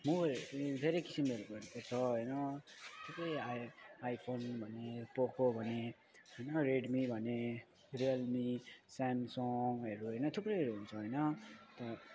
मोबाइलहरू धेरै किसिमकोहरू भेटदैछ होइन थुप्रै आई आई फोन भयो पोको भन्ने होइन रेडमी भन्ने रियलमी सेमसङहरू होइन थुप्रैहरू होइन